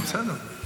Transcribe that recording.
תמשיך.